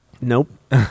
nope